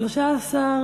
התשע"ג 2013,